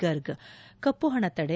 ಗರ್ಗ್ ಕಪ್ಪು ಹಣ ತಡೆ